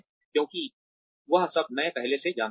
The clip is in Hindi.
क्योंकि वह सब मैं पहले से ही जानता हूं